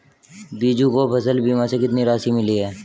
बीजू को फसल बीमा से कितनी राशि मिली है?